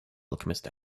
alchemist